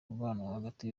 hagati